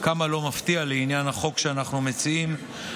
כמה לא מפתיע לעניין החוק שאנחנו מציעים,